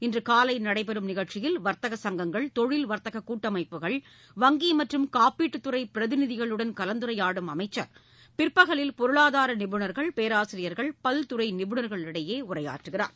இன்று காலை நடைபெறும் நிகழ்ச்சியில் வர்த்தக சங்கங்கள் தொழில் வர்த்தக கூட்டமைப்புகள் வங்கி மற்றும் காப்பீட்டுத் துறை பிரதிநிதிகளுடன் கலந்துரையாடும் அமைச்சர் பிற்பகலில் பொருளாதார நிபுணர்கள் பேராசிரியர்கள் பல்துறை நிபுணர்களிடையே உரையாற்றுகிறார்